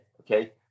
Okay